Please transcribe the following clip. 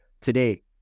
today